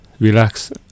relax